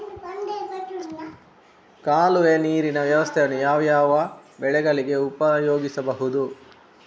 ಕಾಲುವೆ ನೀರಿನ ವ್ಯವಸ್ಥೆಯನ್ನು ಯಾವ್ಯಾವ ಬೆಳೆಗಳಿಗೆ ಉಪಯೋಗಿಸಬಹುದು?